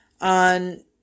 On